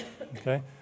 Okay